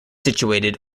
situated